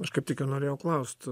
aš kaip tik ir norėjau klaust